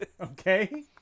okay